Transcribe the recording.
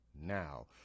Now